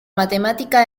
matemática